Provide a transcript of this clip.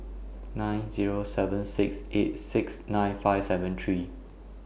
nine Zero seven six eight six nine five seven three